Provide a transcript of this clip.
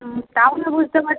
হুম তাও না বুঝতে পার